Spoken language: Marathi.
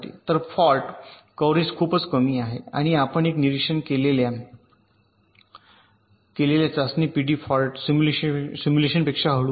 तर फॉल्ट कव्हरेज खूपच कमी आहे आणि आम्ही आणखी एक निरिक्षण आहे केलेल्या चाचणी पिढी फॉल्ट सिम्युलेशनपेक्षा हळू आहे